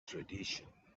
tradition